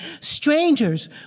strangers